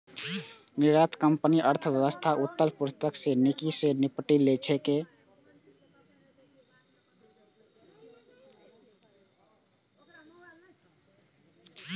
निर्यातक कंपनी अर्थव्यवस्थाक उथल पुथल सं नीक सं निपटि लै छै